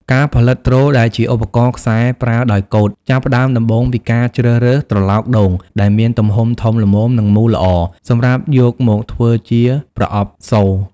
ការផលិត ទ្រ ដែលជាឧបករណ៍ខ្សែប្រើដោយកូត ចាប់ផ្ដើមដំបូងពីការជ្រើសរើសត្រឡោកដូងដែលមានទំហំធំល្មម និងមូលល្អ សម្រាប់យកមកធ្វើជាប្រអប់សូរ។